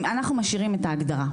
אנחנו משאירים את ההגדרה,